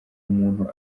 umuntu